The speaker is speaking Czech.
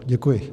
Děkuji.